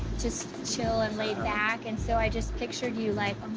just chill and laid back, and so i just pictured you, like,